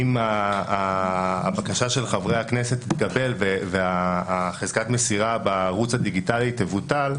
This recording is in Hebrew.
אם הבקשה של חברי הכנסת תתקבל וחזקת המסירה בערוץ הדיגיטלי תבוטל,